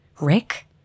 Rick